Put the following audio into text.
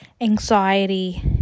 anxiety